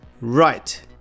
Right